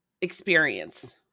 experience